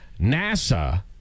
NASA